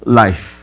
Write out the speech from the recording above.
life